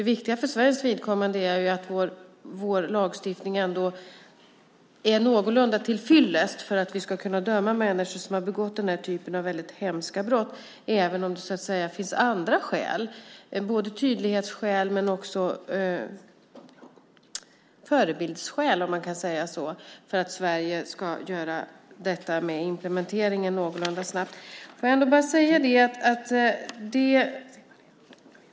Det viktiga för Sveriges vidkommande är att vår lagstiftning ändå är någorlunda tillfyllest för att vi ska kunna döma människor som har begått den här typen av hemska brott, även om det så att säga finns andra skäl - tydlighetsskäl men också förebildsskäl om man kan säga så - för att Sverige ska göra implementeringen någorlunda snabbt.